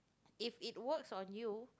if it works on you